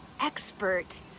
expert